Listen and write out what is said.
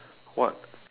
what